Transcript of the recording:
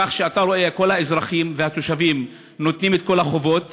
כך שאתה רואה שכל האזרחים והתושבים נותנים את כל החובות,